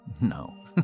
No